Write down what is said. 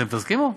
אתם תסכימו?